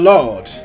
Lord